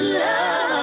love